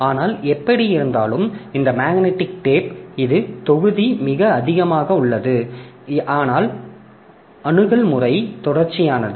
ஆனால் எப்படியிருந்தாலும் இந்த மேக்னெட்டிக் டேப் இது தொகுதி மிக அதிகமாக உள்ளது ஆனால் அணுகல் முறை தொடர்ச்சியானது